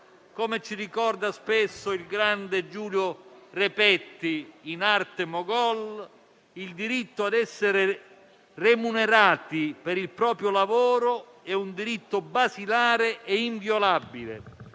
Come ci ricorda spesso il grande Giulio Rapetti, in arte Mogol, il diritto ad essere remunerati per il proprio lavoro è un diritto basilare e inviolabile.